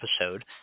episode